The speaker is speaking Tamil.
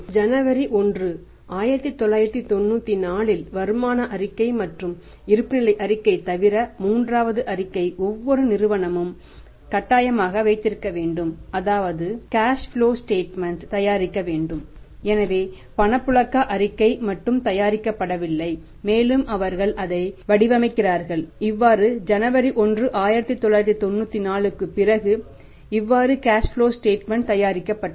ஜனவரி1 1994 இல் வருமான அறிக்கை மற்றும் இருப்புநிலை அறிக்கை தவிர மூன்றாவது அறிக்கை ஒவ்வொரு நிறுவனம் கட்டாயமாக வைத்திருக்க வேண்டும் அதாவது கேஷ் ப்லோ ஸ்டேட்மெண்ட் தயாரிக்கப்பட்டது